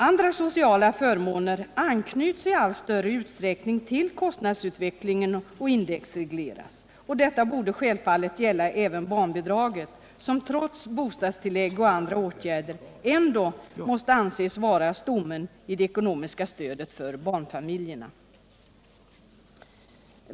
Andra sociala förmåner anknyts i allt större utsträckning till kostnadsutvecklingen och indexregleras. Detta borde självfallet gälla även barnbidragen, som trots bostadstillägg och andra åtgärder ändå måste anses vara stommen i det ekonomiska stödet till barnfamiljerna.